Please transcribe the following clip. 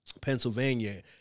Pennsylvania